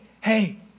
hey